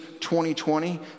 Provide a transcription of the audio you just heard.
2020